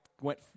went